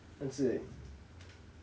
但是